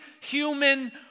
human